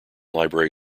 library